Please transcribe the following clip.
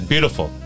Beautiful